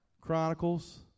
Chronicles